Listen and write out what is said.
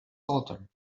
daughter